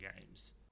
games